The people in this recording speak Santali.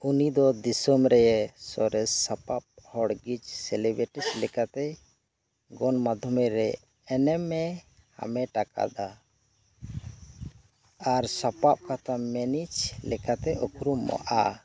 ᱩᱱᱤ ᱫᱚ ᱫᱤᱥᱚᱢ ᱨᱮ ᱥᱚᱨᱮᱥ ᱥᱟᱯᱟᱵ ᱦᱚᱲᱜᱮ ᱥᱮᱞᱤᱵᱨᱤᱴᱤ ᱞᱮᱠᱟᱛᱮ ᱜᱚᱱᱚᱢᱟᱫᱽᱫᱷᱚᱢ ᱨᱮ ᱮᱱᱮᱢ ᱮ ᱦᱟᱢᱮᱴ ᱟᱠᱟᱫᱟ ᱟᱨ ᱥᱟᱯᱟᱵ ᱠᱟᱛᱷᱟ ᱢᱮᱱᱤᱡᱽ ᱞᱮᱠᱟᱛᱮ ᱩᱯᱨᱩᱢᱚᱜᱼᱟ